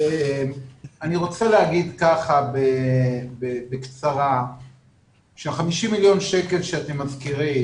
אני רוצה לומר בקצרה שה-50 מיליון שקלים שאתם מזכירים,